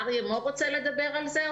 אריה מור רוצה לדבר על זה?